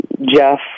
Jeff